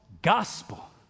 Gospel